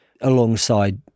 alongside